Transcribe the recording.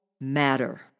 matter